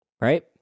Right